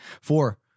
Four